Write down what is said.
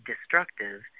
destructive